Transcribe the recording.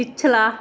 ਪਿਛਲਾ